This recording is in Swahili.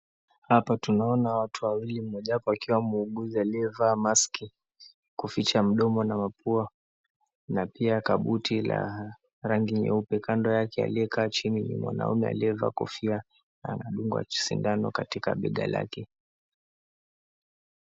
Hapa tunaona watu wawili mojawapo akiwa muuguzi aliyevaa maski kuficha mdomo na mapua na pia kabuti la rangi nyeupe. Kando yake aliyekaa chini ni mwanaume aliyevaa kofia anadungwa sindano katika bega lake.